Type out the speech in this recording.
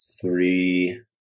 three